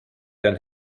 than